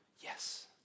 Yes